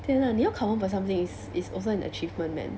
对 lah 你要考 one point something is also an achievement man